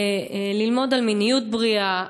ללמוד על מיניות בריאה,